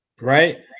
right